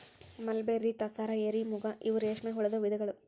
mulberry, tasar, eri, muga ಇವ ರೇಶ್ಮೆ ಹುಳದ ವಿಧಗಳು